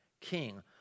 king